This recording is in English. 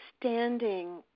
standing